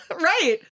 Right